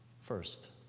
First